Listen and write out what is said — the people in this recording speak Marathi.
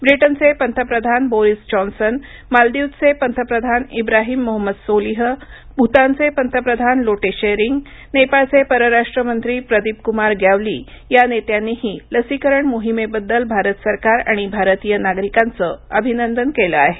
ब्रिटनचे पंतप्रधान बोरिस जॉन्सनमालदिव्ज चे पंतप्रधान इब्राहिम मोहमद सोलिह भूतानचे पंतप्रधान लोटे त्शेरिंगनेपाळचे परराष्ट्रमंत्री प्रदीपकुमार ग्यावली या नेत्यांनीही लसीकरण मोहिमेबद्दलभारत सरकार आणि भारतीय नागरिकांचं अभिनंद केलं आहे